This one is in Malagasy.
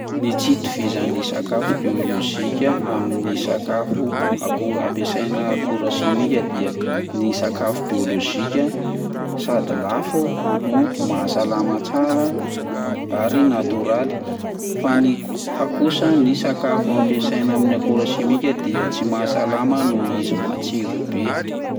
Ny tsy hitovizan'ny sakafo biôlozika amin'ny sakafo ako- ampiasaina akora simika dia ny sakafo biôlozika dia sady lafo no maha salama tsara ary natoraly fa ny fa kosa ny sakafo ampiasaina amin'ny akora simika dia tsy maha salama noho izy matsiro be.